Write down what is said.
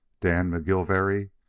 dan mcgilvary,